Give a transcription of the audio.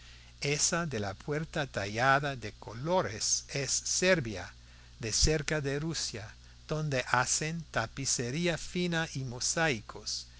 esa de la puerta tallada de colores es servia de cerca de rusia donde hacen tapicería fina y mosaicos